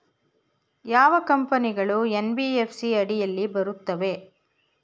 ಯಾವ ಕಂಪನಿಗಳು ಎನ್.ಬಿ.ಎಫ್.ಸಿ ಅಡಿಯಲ್ಲಿ ಬರುತ್ತವೆ?